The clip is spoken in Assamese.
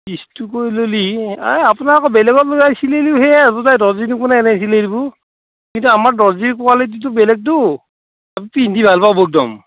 পিচটো কৰি ল'লি এহ আপোনাক আকৌ বেলেগত লৈ যাই চিলেলিও সেয়ে হ'ব দে দৰ্জীনো কোনে এনেই চিলে দিব কিন্তু আমাৰ দৰ্জীৰ কোৱালিটিটো বেলেগতো পিন্ধি ভাল পাব একদম